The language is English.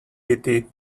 pity